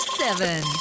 seven